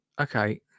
Okay